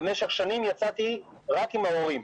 במשך שנים יצאתי רק עם ההורים.